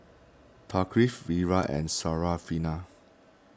Thaqif Wira and Syarafina